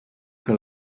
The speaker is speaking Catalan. que